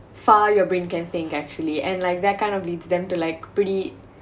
far your brain can think actually and like that kind of leads them to like pretty